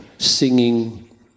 Singing